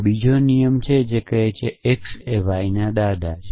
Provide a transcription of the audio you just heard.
ત્યાં બીજો નિયમ હોઈ શકે છે જે કહે છે કે x વાયના દાદા